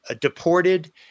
deported